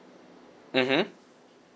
mmhmm